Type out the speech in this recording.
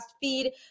feed